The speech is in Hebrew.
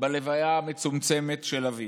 בלוויה המצומצמת של אבי.